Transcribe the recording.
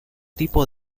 tipo